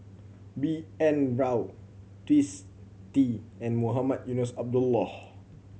B N Rao Twisstii and Mohamed Eunos Abdullah